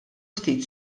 ftit